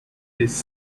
his